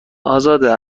ازاده